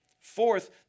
Fourth